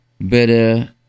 better